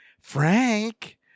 Frank